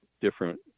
different